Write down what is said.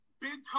big-time